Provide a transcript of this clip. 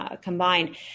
combined